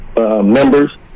Members